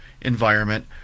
environment